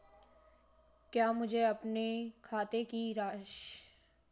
क्या मुझे अपने खाते की शेष राशि की जांच करने के लिए हर बार बैंक जाना होगा?